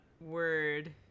word